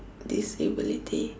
disability